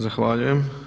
Zahvaljujem.